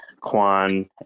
Kwan